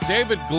David